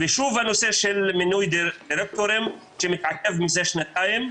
שוב, הנושא של מינוי דירקטורים שמתעכב מזה שנתיים.